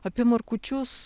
apie markučius